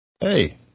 hey